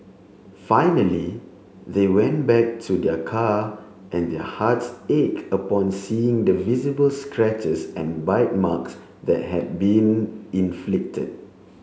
finally they went back to their car and their hearts ach upon seeing the visible scratches and bite marks that had been inflicted